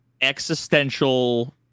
existential